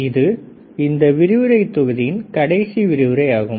இது இந்த விரிவுரை தொகுதியின் கடைசி விரிவுரை ஆகும்